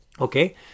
Okay